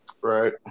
Right